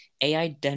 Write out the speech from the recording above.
AI